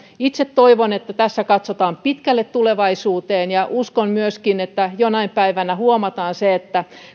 itse toivon että tässä katsotaan pitkälle tulevaisuuteen uskon myöskin että jonain päivänä huomataan se